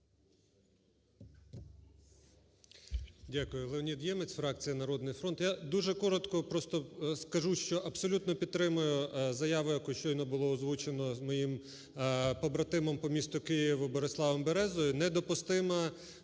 Дякую. Леонід Ємець, фракція "Народний фронт". Я дуже коротко просто скажу, що абсолютно підтримаю заяву, яку щойно було озвучено моїм побратимом по місту Києву Бориславом Березою.